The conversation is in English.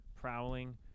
prowling